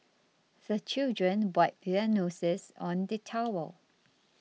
the children wipe their noses on the towel